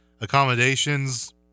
accommodations